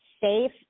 safe